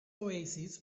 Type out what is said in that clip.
oasis